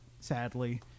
sadly